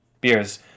Beers